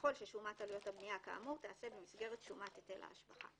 ויכול ששומת עלויות הבנייה כאמור תיעשה במסגרת שומת היטל ההשבחה.